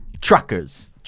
Truckers